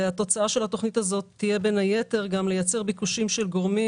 התוצאה של התכנית הזאת תהיה בין היתר גם לייצר ביקושים של גורמים